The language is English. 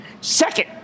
Second